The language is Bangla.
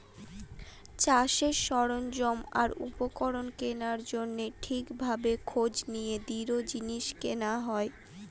চাষের সরঞ্জাম আর উপকরণ কেনার জন্য ঠিক ভাবে খোঁজ নিয়ে দৃঢ় জিনিস কেনা হয়